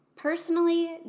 Personally